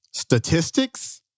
Statistics